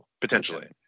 potentially